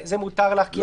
זה מותר לך.